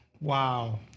Wow